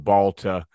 Balta